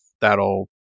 that'll